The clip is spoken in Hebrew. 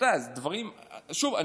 שוב,